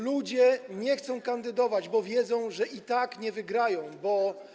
Ludzie nie chcą kandydować, bo wiedzą, że i tak nie wygrają, bo.